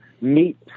meet